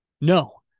No